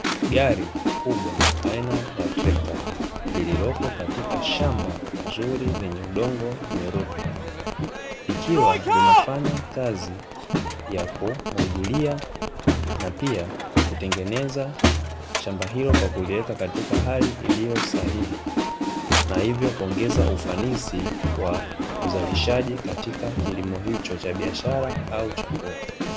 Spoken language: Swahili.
Vijana wawili wakiwa katika shamba kubwa lililopandwa zao kubwa kwa ajiri ya biashara mimea ya kijani ilio stawi kwa rangi ya kijani kibichi, ikiwatayari kwa kuvunwa na kupelekwa sokoni kwa ajiri ya kuuzawa.